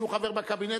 שהוא חבר בקבינט,